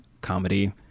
comedy